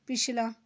ਪਿਛਲਾ